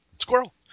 Squirrel